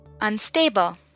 unstable